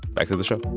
back to the show